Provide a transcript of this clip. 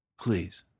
please